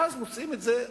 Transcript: ואז מוצאים את זה,